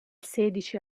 sedici